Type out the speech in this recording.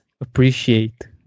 appreciate